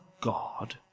God